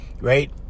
right